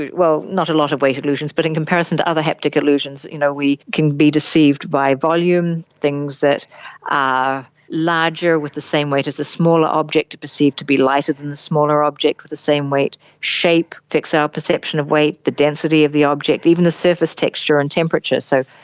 well, not a lot of weight illusions, but in comparison to other haptic illusions you know we can be deceived by volume, things that are larger with the same weight as a smaller object perceived to be lighter than the smaller object with the same weight. shape affects our perception of weight, the density of the object, even the surface texture and temperature. so,